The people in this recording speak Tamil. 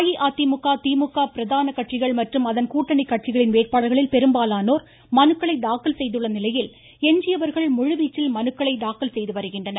ஹ அஇஅதிமுக திமுக பிரதான கட்சிகள் மற்றும் அதன் கூட்டணி கட்சிகளின் வேட்பாளர்களில் பெரும்பாலனோர் மனுக்களை தாக்கல் செய்துள்ள நிலையில் எஞ்சியவர்கள் முழுவீச்சில் மனுக்களை தாக்கல் செய்து வருகின்றனர்